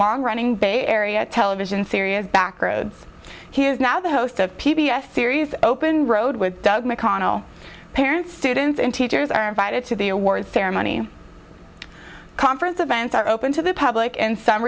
long running bay area television sirius backroads he is now the host of p b s series open road with doug mcconnell parents students and teachers are invited to the awards ceremony conference events are open to the public and some